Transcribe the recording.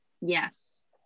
Yes